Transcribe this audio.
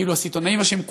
כאילו הסיטונאים אשמים,